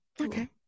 okay